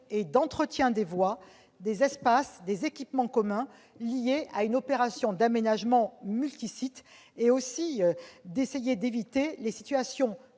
et d'entretien des voies, espaces et équipements communs liés à une opération d'aménagement multisites, mais aussi les situations